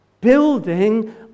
Building